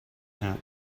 nap